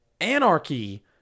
Anarchy